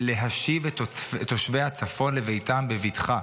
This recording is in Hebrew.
להשיב את תושבי הצפון לביתם בבטחה.